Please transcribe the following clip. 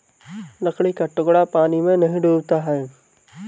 लकड़ी का टुकड़ा पानी में नहीं डूबता है